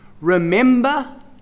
Remember